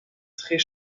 très